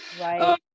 Right